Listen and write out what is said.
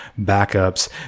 backups